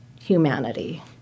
humanity